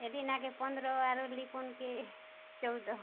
ଏଲିନା କେ ପନ୍ଦର ଆର ଲିପୁନ କେ ଚଉଦ